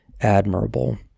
admirable